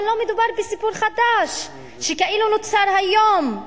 אבל לא מדובר בסיפור חדש, שכאילו נוצר היום.